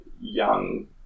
young